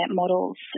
models